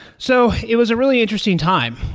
so it was a really interesting time.